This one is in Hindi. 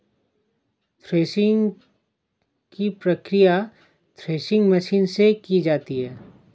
थ्रेशिंग की प्रकिया थ्रेशिंग मशीन से की जाती है